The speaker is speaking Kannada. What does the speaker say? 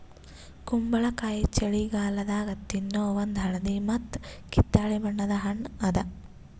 ಕುಂಬಳಕಾಯಿ ಛಳಿಗಾಲದಾಗ ತಿನ್ನೋ ಒಂದ್ ಹಳದಿ ಮತ್ತ್ ಕಿತ್ತಳೆ ಬಣ್ಣದ ಹಣ್ಣ್ ಅದಾ